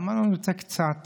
אמר לו: אני רוצה שיהיו קצת